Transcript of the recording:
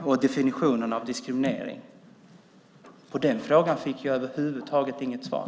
och definitionen av diskriminering? På den frågan fick jag över huvud taget inget svar.